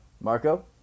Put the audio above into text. Marco